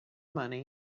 money